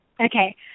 Okay